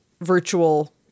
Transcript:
virtual